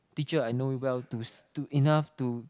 teacher I know you well to to enough to